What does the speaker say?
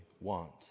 want